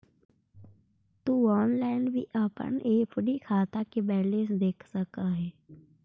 तु ऑनलाइन भी अपन एफ.डी खाता के बैलेंस देख सकऽ हे